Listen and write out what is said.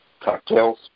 cocktails